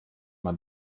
man